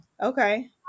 okay